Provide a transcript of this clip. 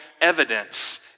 evidence